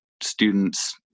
students